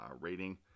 Rating